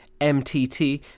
mtt